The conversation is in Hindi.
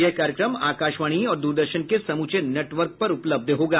यह कार्यक्रम आकाशवाणी और दूरदर्शन के समूचे नेटवर्क पर उपलब्ध होगा